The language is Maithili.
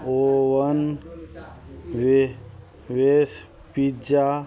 ओ वन वेस वेस पिज्जा